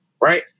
right